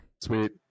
sweet